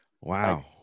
Wow